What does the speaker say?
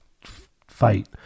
fight